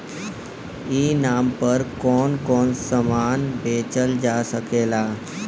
ई नाम पर कौन कौन समान बेचल जा सकेला?